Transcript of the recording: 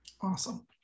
Awesome